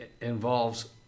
involves